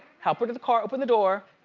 help her to the car, open the door,